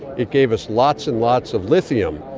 it gave us lots and lots of lithium,